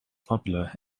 popular